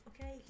okay